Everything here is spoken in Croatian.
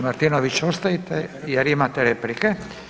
Martinović, ostanite jer imate replike.